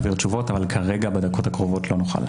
להעביר תשובות, אבל כרגע בדקות הקרובות לא נוכל.